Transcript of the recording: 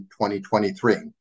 2023